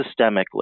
systemically